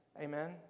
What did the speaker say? Amen